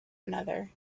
another